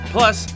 Plus